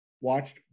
watched